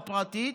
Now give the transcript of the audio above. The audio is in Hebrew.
הפרטית?